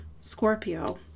Scorpio